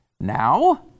Now